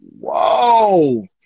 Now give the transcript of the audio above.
whoa